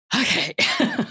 okay